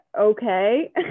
okay